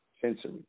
sensory